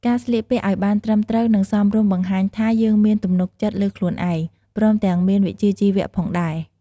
ការស្លៀកពាក់ឱ្យបានត្រឹមត្រូវ និងសមរម្យបង្ហាញថា យើងមានទំនុកចិត្តលើខ្លួនឯង ព្រមទាំងមានវិជ្ជាជីវៈផងដែរ។